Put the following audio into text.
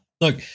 Look